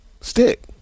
stick